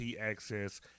access